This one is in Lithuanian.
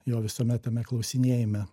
jo visame tame klausinėjime